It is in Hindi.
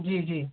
जी जी